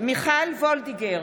מיכל וולדיגר,